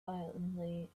violently